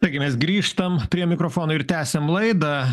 taigi mes grįžtam prie mikrofono ir tęsiam laidą